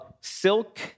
silk